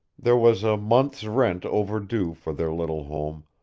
there was a month's rent over-due for their little home,